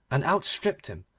and outstripped him,